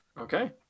Okay